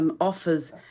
offers